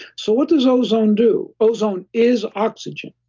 so, what does ozone do? ozone is oxygen,